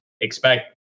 expect